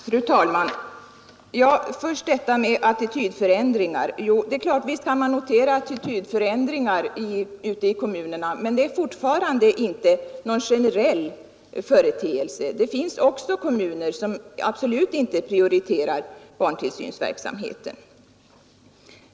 Fru talman! Först detta med attitydförändringar. Visst kan man notera attitydförändringar ute i kommunerna, men det är fortfarande inte någon generell företeelse. Det finns också kommuner som absolut inte prioriterar barntillsynsverksamheten.